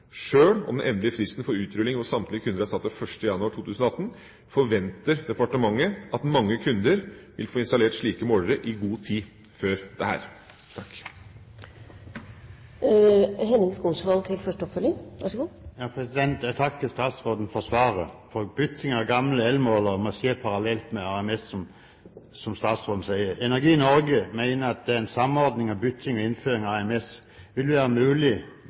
Sjøl om den endelige fristen for utrulling hos samtlige kunder er satt til 1. januar 2018, forventer departementet at mange kunder får installert slike målere i god tid før dette. Jeg takker statsråden for svaret. Bytting av gamle elmålere må skje parallelt med AMS, som statsråden sier. Energi Norge mener at en samordning av bytting og innføring av AMS vil være mulig